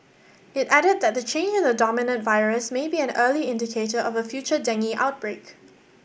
it added that the change in the dominant virus may be an early indicator of a future dengue outbreak